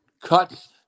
cuts